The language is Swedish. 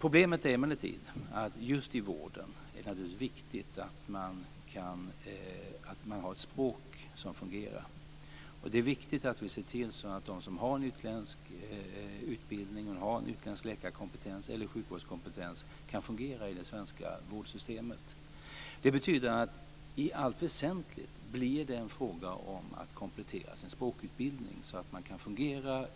Problemet är emellertid att det just i vården är viktigt att man har ett språk som fungerar. Det är viktigt att vi ser till att de som har en utländsk utbildning och har en utländsk läkarkompetens eller sjukvårdskompetens kan fungera i det svenska vårdsystemet. Det betyder att i allt väsentligt blir det en fråga om att komplettera sin språkutbildning så att man kan fungera